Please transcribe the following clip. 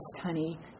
honey